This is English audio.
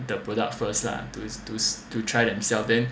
the product first lah to to to try themselves then